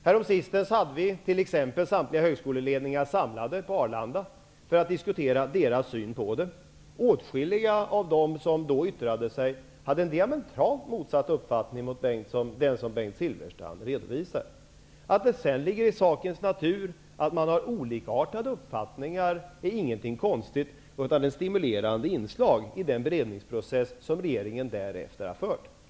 Häromsistens hade vi t.ex. samtliga högskoleledningar samlade på Arlanda för att diskutera deras syn på resurstilldelningen. Åtskilliga av dem som då yttrade sig hade en diametralt motsatt uppfattning mot den som Bengt Silfverstrand redovisar. Att det sedan ligger i sakens natur att man har olikartade uppfattningar är ingenting konstigt, utan ett stimulerande inslag i den beredningsprocess som regeringen därefter har bedrivit.